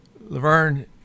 Laverne